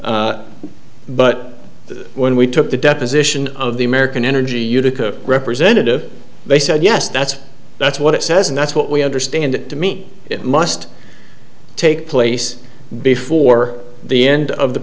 amendment but when we took the deposition of the american energy utica representative they said yes that's that's what it says and that's what we understand it to mean it must take place before the end of the